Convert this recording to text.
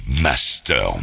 Master